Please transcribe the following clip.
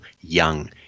Young